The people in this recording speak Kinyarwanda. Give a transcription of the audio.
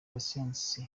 patient